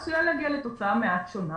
עשויה להגיע לתוצאה מעט שונה.